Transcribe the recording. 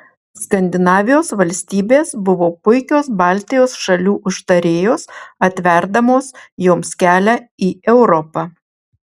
skandinavijos valstybės buvo puikios baltijos šalių užtarėjos atverdamos joms kelią į europą